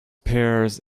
pears